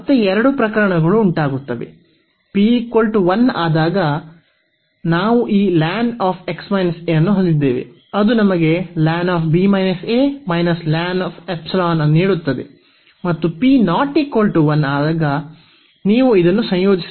ಮತ್ತೆ ಎರಡು ಪ್ರಕರಣಗಳು ಉಂಟಾಗುತ್ತವೆ p 1 ಆಗ ನಾವು ಈ ಅನ್ನು ಹೊಂದಿದ್ದೇವೆ ಅದು ನಮಗೆ ನೀಡುತ್ತದೆ ಮತ್ತು p ≠ 1 ಆಗ ನೀವು ಇದನ್ನು ಸಂಯೋಜಿಸುತ್ತೀರಿ